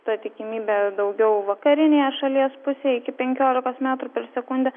ta tikimybė daugiau vakarinėje šalies pusėje iki penkiolikos metrų per sekundę